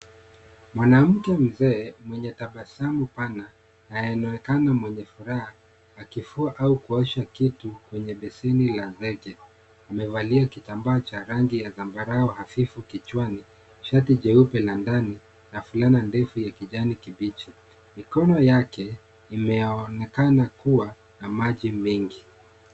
Mwanamke mzee mwenye tabasamu pana anaonekana mwenye furaha akifua au kuosha kitu kwenye beseni la zege. Amevalia kitamba cha rangi ya zambarau hafifu kichwani shati jaupe la ndani na fulana ndefu ya kijani kibichi. Mikono yake imeonekana kua na maji mengi.